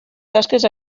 tasques